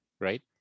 Right